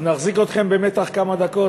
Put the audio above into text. אז נחזיק אתכם במתח כמה דקות,